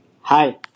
Hi